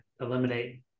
eliminate